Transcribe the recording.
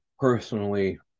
personally